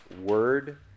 word